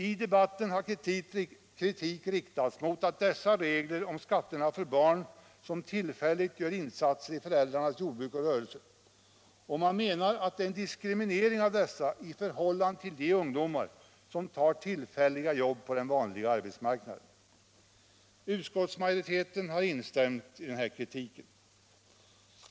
I debatten har kritik riktats mot dessa regler om skatterna för barn som tillfälligt gör insatser i föräldrarnas jordbruk och rörelse, och man menar att det är en diskriminering av dessa i förhållande till de ungdomar som tar tillfälliga jobb på den vanliga arbetsmarknaden. Utskottsmajoriteten har instämt i den kritiken.